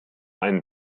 einen